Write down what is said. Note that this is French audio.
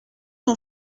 ont